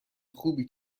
خوبی